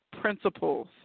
principles